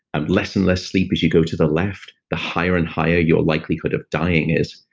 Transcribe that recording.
and less and less sleep as you go to the left, the higher and higher your likelihood of dying is.